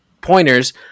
pointers